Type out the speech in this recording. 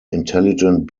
intelligent